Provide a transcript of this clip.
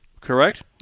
correct